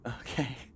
Okay